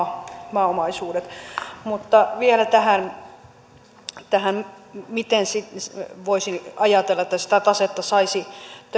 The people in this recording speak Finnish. maaomaisuudet mutta vielä tähän tähän miten voisin ajatella että sitä tasetta saisi